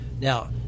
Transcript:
Now